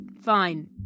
Fine